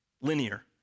linear